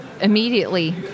immediately